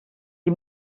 sie